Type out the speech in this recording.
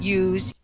use